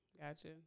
Gotcha